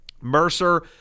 Mercer